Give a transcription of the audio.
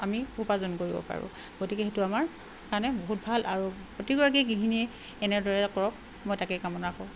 আমি উপাৰ্জন কৰিব পাৰোঁ গতিকে সেইটো আমাৰ কাৰণে বহুত ভাল আৰু প্ৰতিগৰাকী গৃহিণীয়ে এনেদৰে কৰক মই তাকে কামনা কৰোঁ